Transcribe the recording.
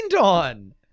on